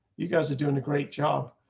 you guys are doing a great job,